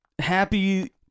Happy